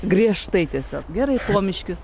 griežtai tiesiog gerai pomiškis